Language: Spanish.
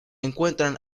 encuentran